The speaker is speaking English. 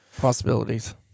possibilities